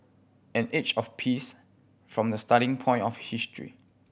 an age of peace from the starting point of history